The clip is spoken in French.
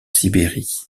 sibérie